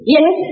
Yes